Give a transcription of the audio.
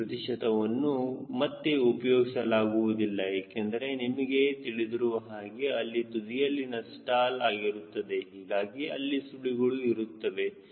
ಈ ಪ್ರತಿಶತವನ್ನು ಮತ್ತೆ ಉಪಯೋಗಿಸಲಾಗುವುದಿಲ್ಲ ಏಕೆಂದರೆ ನಿಮಗೆ ತಿಳಿದಿರುವ ಹಾಗೆ ಅಲ್ಲಿ ತುದಿಯಲ್ಲಿನ ಸ್ಟಾಲ್ ಆಗುತ್ತದೆ ಹೀಗಾಗಿ ಅಲ್ಲಿ ಸುಳಿಗಳು ಇರುತ್ತವೆ